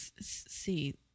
see